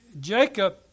Jacob